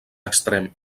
extrems